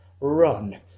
Run